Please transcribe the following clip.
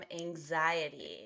anxiety